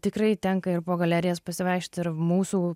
tikrai tenka ir po galerijas pasivaikščiot ir mūsų